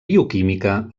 bioquímica